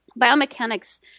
biomechanics